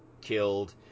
killed